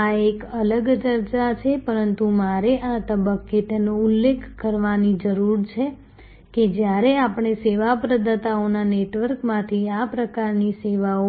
આ એક અલગ ચર્ચા છે પરંતુ મારે આ તબક્કે તેનો ઉલ્લેખ કરવાની જરૂર છે કે જ્યારે આપણે સેવા પ્રદાતાઓના નેટવર્કમાંથી આ પ્રકારની સેવાઓ